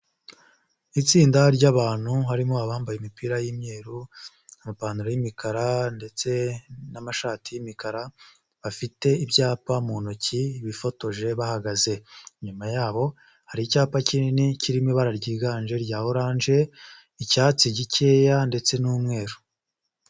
Itsinda ry'abantu harimo abambaye imipira y'imyeru amapantaro y'imikara ndetse n'amashati y'imikara bafite ibyapa mu ntoki bifotoje bahagaze, inyuma yabo hari icyapa kinini kirimo ibara ryiganje rya oranje, icyatsi gikeya ndetse n'umweru.